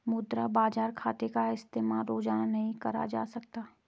मुद्रा बाजार खाते का इस्तेमाल रोज़ाना नहीं करा जा सकता